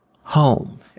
home